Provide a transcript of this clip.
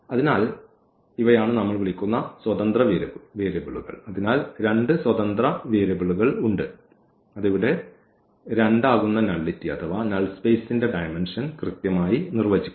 അതിനാൽ ഇവയാണ് നമ്മൾ വിളിക്കുന്ന സ്വതന്ത്ര വേരിയബിളുകൾ അതിനാൽ രണ്ട് സ്വതന്ത്ര വേരിയബിളുകൾ ഉണ്ട് അത് ഇവിടെ 2 ആകുന്ന നള്ളിറ്റി അഥവാ നൾ സ്പേസിന്റെ ഡയമെൻഷൻ കൃത്യമായി നിർവ്വചിക്കും